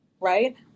right